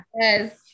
Yes